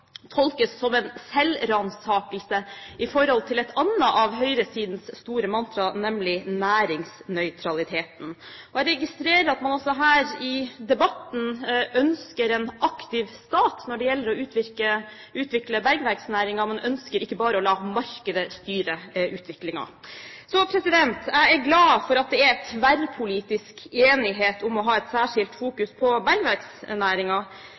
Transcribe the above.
tolkes som en selvransakelse i forhold til et annet av høyresidens store mantra, nemlig «næringsnøytralitet». Jeg registrerer at man også her i debatten ønsker en aktiv stat når det gjelder å utvikle bergverksnæringen, man ønsker ikke bare å la markedet styre utviklingen. Jeg er glad for at det er tverrpolitisk enighet om å fokusere særskilt på bergverksnæringen. Da den nye mineralloven ble vedtatt i fjor, var det et